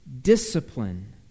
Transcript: discipline